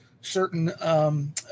certain